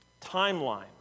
timeline